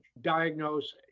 diagnose